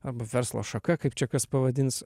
arba verslo šaka kaip čia kas pavadins